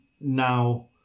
now